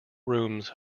rooms